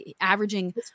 averaging